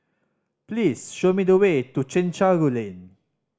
please show me the way to Chencharu Lane